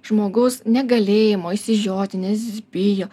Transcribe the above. žmogaus negalėjimo išsižioti nes bijo